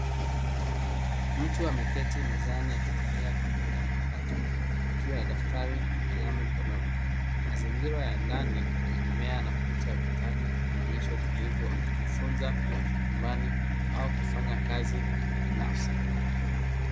Mtu ameketi mezani akitumia kompyuta mpakato akiwa na daftari na kalamu mkononi. Mazingira ya ndani yenye mimea na picha ya ukutani yanaonyesha utulivu wa kujifunza nyumbani au kufanya kazi binafsi.